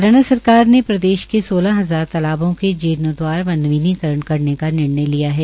हरियाणा सरकार ने प्रदेश के सोलह हजार तालाबों के जीर्णोद्वार व नवीनीकरण करने का निर्णय किया है